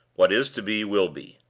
what is to be will be.